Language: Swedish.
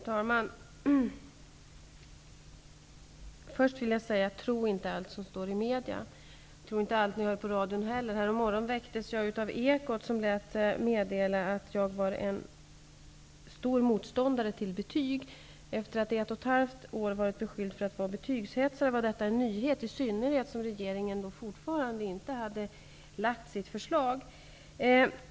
Herr talman! Först vill jag säga: Tro inte allt som står i medierna! Tro inte allt ni hör på radion heller! Härommorgonen väcktes jag av Ekot som lät meddela att jag var en stor motståndare till betyg. Efter att i ett och ett halvt år varit beskylld för att vara betygshetsare var detta en nyhet, i synnerhet som regeringen fortfarande inte hade lagt fram sitt förslag.